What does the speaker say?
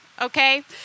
Okay